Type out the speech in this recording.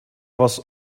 was